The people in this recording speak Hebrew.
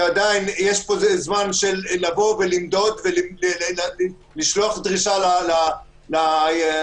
ועדיין יש זמן של למדוד ולשלוח דרישה לספקים